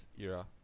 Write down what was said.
era